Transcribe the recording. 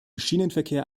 schienenverkehr